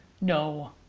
no